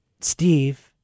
Steve